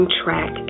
track